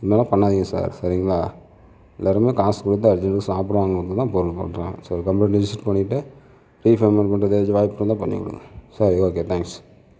இந்த மாதிரி பண்ணாதீங்க சார் சரிங்களா எல்லாேருமே காசு கொடுத்து அது இதுன்னு சாப்பிட்ணும் தான் பொருள் பண்ணுறோம் ஸோ கம்ப்ளைன்ட் ரெஜிஸ்டர் பண்ணிவிட்டு ரீஃபண்ட் எதாவது பண்ண வாய்ப்பு இருந்தால் பண்ணி கொடுங்க சரி ஓகே தேங்க்ஸ்